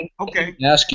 okay